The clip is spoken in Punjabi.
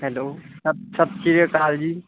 ਹੈਲੋ ਸਤ ਸਤਿ ਸ਼੍ਰੀ ਅਕਾਲ ਜੀ